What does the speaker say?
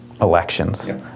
elections